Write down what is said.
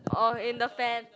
all in the fantasy